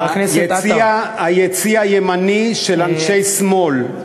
חבר הכנסת עטר, היציע, היציע הימני של אנשי שמאל.